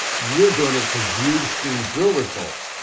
you're doing it because you've seen drill results.